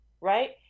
right